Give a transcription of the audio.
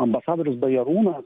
ambasadorius bajarūnas